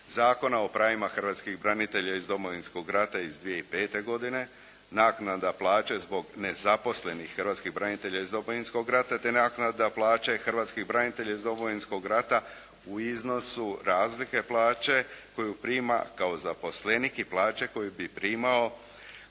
Zakona o prvima hrvatskih branitelja iz Domovinskog rata iz 2005. godine, naknada plaće zbog nezaposlenih hrvatskih branitelja iz Domovinskog rata te naknada plaće hrvatskih branitelja iz Domovinskog rata u iznosu razlike plaće koju prima kao zaposlenik i plaće koju bi primao